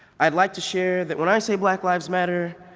i'd like to share that when i say black lives matter,